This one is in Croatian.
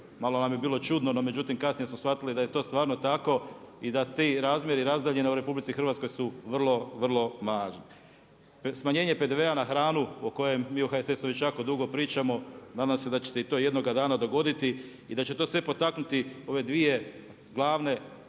Malo nam je bilo čudno no međutim kasnije smo shvatili da je to stvarno tako i da ti razmjeri i razdaljine u RH su vrlo, vrlo mali. Smanjenje PDV-a na hranu o kojem mi u HSS-u već jako dugo pričamo nadam se da će se i to jednoga dana dogoditi i da će to sve potaknuti ove dvije glavne